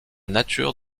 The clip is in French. nature